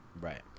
Right